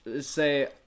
Say